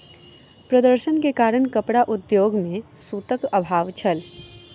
प्रदर्शन के कारण कपड़ा उद्योग में सूतक अभाव छल